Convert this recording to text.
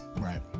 right